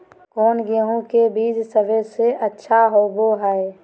कौन गेंहू के बीज सबेसे अच्छा होबो हाय?